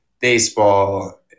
baseball